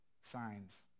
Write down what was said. signs